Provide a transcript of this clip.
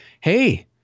hey